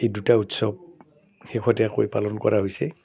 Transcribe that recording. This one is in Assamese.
এই দুটা উৎসৱ শেষতীয়াকৈ পালন কৰা হৈছে